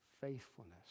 faithfulness